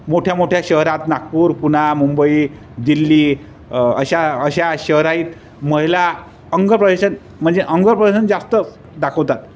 मोठ्या मोठ्या शहरात नागपूर पुणा मुंबई दिल्ली अशा अशा शहरात महिला अंगप्रदर्शन म्हणजे अंगप्रदर्शन जास्त दाखवतात